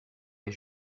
est